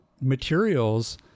materials